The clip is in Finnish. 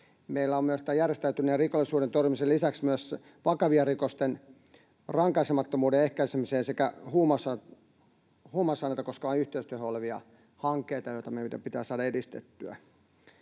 meillä on myös tämän järjestäytyneen rikollisuuden torjumisen lisäksi myös vakavien rikosten rankaisemattomuuden ehkäisemiseen sekä huumausaineita koskevia yhteistyöhankkeita, joita meidän pitää saada edistettyä.